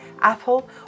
Apple